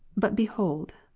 but behold,